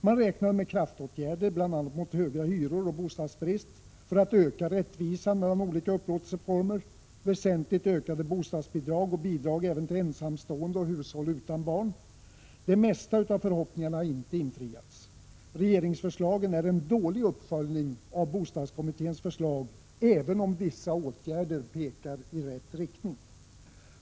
Man räknade med kraftåtgärder bl.a. för att motverka höga hyror och bostadsbrist och för att åstadkomma ökad rättvisa mellan olika upplåtelseformer, väsentligt ökade bostadsbidrag och bidrag även till ensamstående och hushåll utan barn. Det mesta av förhoppningarna har inte infriats. Regeringsförslagen är en dålig uppföljning av bostadskommitténs förslag, även om vissa åtgärder pekar i rätt riktning.